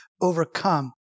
overcome